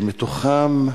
שמתוכן,